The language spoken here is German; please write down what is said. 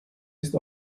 ist